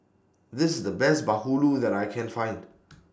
This IS The Best Bahulu that I Can Find